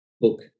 Book